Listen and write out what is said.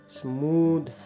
smooth